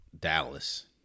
Dallas